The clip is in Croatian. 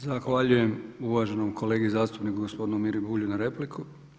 Zahvaljujem uvaženom kolegi zastupniku gospodinu Miri Bulju na repliku.